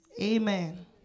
Amen